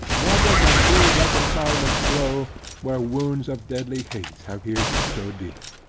never can true reconcilement grow where wounds of deadly hate have pierced so deep.